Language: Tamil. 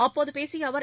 அப்போது பேசிய அவர்